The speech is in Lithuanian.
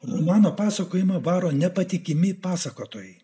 mano pasakojimą varo nepatikimi pasakotojai